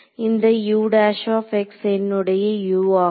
இந்த என்னுடைய U ஆகும்